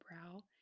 brow